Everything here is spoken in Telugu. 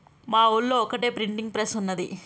మా ఊళ్లో ఒక్కటే ప్రింటింగ్ ప్రెస్ ఉన్నది